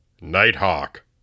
Nighthawk